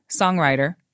songwriter